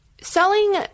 Selling